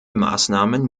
maßnahmen